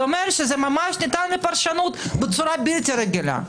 זה אומר שזה ניתן לפרשנות בצורה בלתי רגילה.